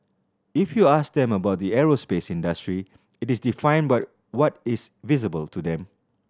if you ask them about the aerospace industry it is defined what is visible to them